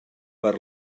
per